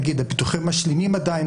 נגיד הביטוחים המשלימים עדיין,